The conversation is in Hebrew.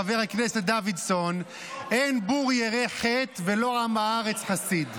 חבר הכנסת דוידסון: "אין בור ירא חטא ולא עם הארץ חסיד".